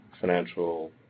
financial